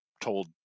told